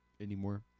anymore